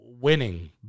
winning